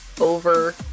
over